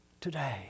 today